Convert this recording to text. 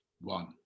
one